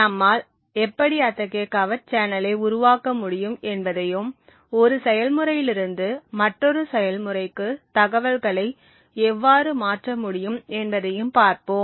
நம்மால் எப்படி அத்தகைய கவர்ட் சேனலை உருவாக்க முடியும் என்பதையும் ஒரு செயல்முறையிலிருந்து மற்றொரு செயல்முறைக்கு தகவல்களை எவ்வாறு மாற்ற முடியும் என்பதையும் பார்ப்போம்